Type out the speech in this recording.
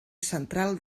central